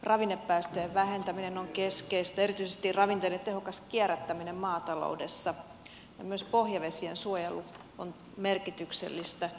ravinnepäästöjen vähentäminen on keskeistä erityisesti ravinteiden tehokas kierrättäminen maataloudessa ja myös pohjavesien suojelu on merkityksellistä